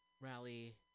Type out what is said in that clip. rally